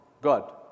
God